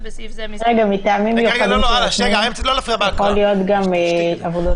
מטעמים מיוחדים שיירשמו יכול להיות גם עבודות שירות?